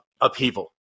upheaval